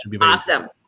Awesome